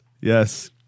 yes